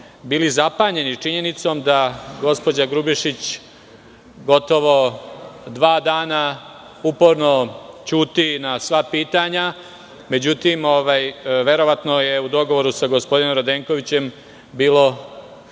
smo zapanjeni činjenicom da gospođa Grubješić gotovo dva dana uporno ćuti na sva pitanja, međutim verovatno je u dogovoru sa gospodinom Radenkovićem bio